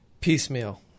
Piecemeal